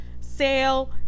sale